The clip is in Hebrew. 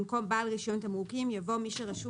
במקום "בעל רישיון תמרוקים" יבוא "מי שרשום